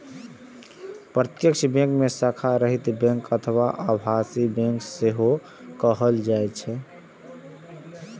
प्रत्यक्ष बैंक कें शाखा रहित बैंक अथवा आभासी बैंक सेहो कहल जाइ छै